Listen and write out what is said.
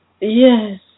yes